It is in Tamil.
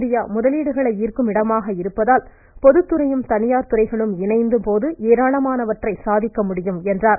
இந்தியா முதலீடுகளை ஈர்க்கும் இடமாக இருப்பதால் பொதுத்துறையும் தனியார் துறைகளும் இணையும் போது ஏராளமானவந்றை சாதிக்க முடியும் என்றார்